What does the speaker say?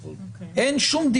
זה משהו אחר לגמרי.